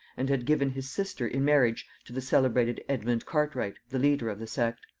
and had given his sister in marriage to the celebrated edmund cartwright the leader of the sect.